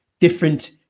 different